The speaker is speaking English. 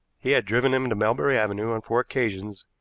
he had driven him to melbury avenue on four occasions,